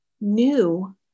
new